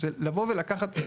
זה לבוא ולקחת,